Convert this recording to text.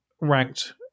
ranked